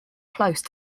close